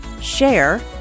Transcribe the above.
share